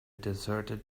deserted